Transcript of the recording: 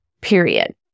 period